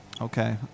Okay